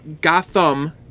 Gotham